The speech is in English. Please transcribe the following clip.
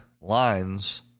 lines